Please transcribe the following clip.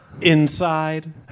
inside